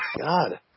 God